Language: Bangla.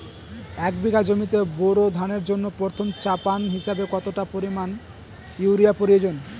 এক বিঘা জমিতে বোরো ধানের জন্য প্রথম চাপান হিসাবে কতটা পরিমাণ ইউরিয়া প্রয়োজন?